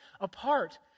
apart